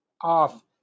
off